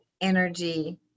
energy